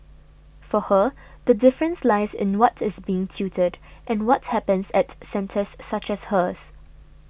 for her the difference lies in what is being tutored and what happens at centres such as hers